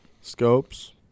Scopes